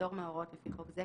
פטור מההוראות לפי חוק זה,